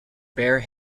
bare